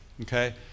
Okay